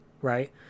right